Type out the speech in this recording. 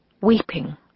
weeping